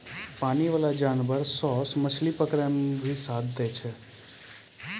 पानी बाला जानवर सोस मछली पकड़ै मे भी साथ दै छै